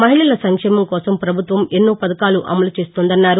మహిళల సంక్షేమం కోసం పభుత్వం ఎన్నో పథకాలు అమలుచేస్తోందన్నారు